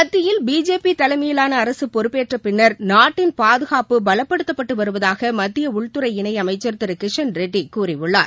மத்தியில் பிஜேபி தலைமையிலான அரசு பொறுப்பேற்ற பின்னர் நாட்டின் பாதுகாப்பு பலப்படுத்தப்பட்டு வருவதாக மத்திய உள்துறை இணை அமைச்ச் திரு கிஷண்ரெட்டி கூறியுள்ளார்